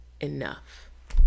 enough